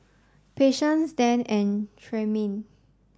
Patience Dann and Tremayne